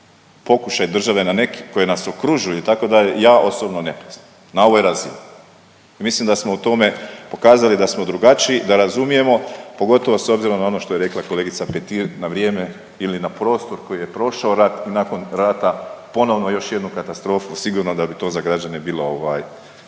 pokušaj države na neki koji nas okružuju itd. ja osobno ne poznam na ovoj razini i mislim da smo u tome pokazali da smo drugačiji, da razumijemo, pogotovo s obzirom na ono što je rekla kolegica Petir, na vrijeme ili na prostor koji je prošao rat i nakon rata ponovno još jednu katastrofu, sigurno da bi to za građane bilo, ovaj